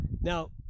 Now